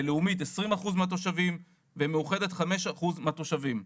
בלאומית 20% מהתושבים ובמאוחדת 5% מהתושבים.